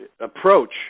approach